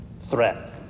Threat